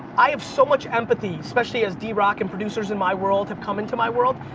i have so much empathy, especially as drock and producers in my world have come into my world.